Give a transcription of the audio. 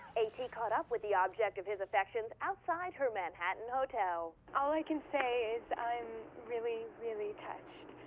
a t. caught up with the object of his affections outside her manhattan hotel. all i can say is, i'm really, really touched.